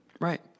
Right